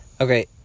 Okay